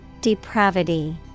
Depravity